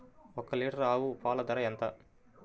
ఒక్క లీటర్ ఆవు పాల ధర ఎంత?